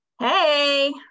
Hey